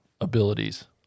abilities